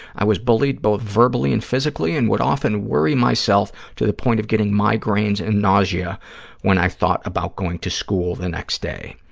i was bullied both verbally and physically and would often worry myself to the point of getting migraines and nausea when i thought about going to school the next day.